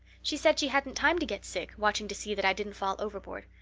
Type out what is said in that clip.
she said she hadn't time to get sick, watching to see that i didn't fall overboard.